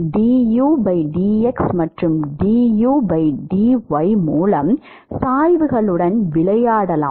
dudx மற்றும் dudy மூலம் சாய்வுகளுடன் விளையாடலாம்